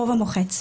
הרוב המוחץ.